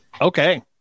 Okay